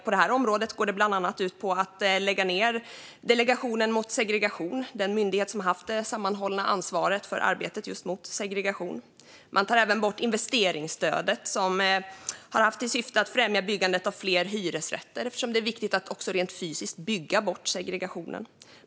På det här området går det bland annat ut på att lägga ned Delegationen mot segregation, det vill säga den myndighet som har haft det sammanhållna ansvaret för arbetet mot just segregation. Man tar även bort investeringsstödet, som har haft till syfte att främja byggandet av fler hyresrätter eftersom det är viktigt att också rent fysiskt bygga bort segregationen.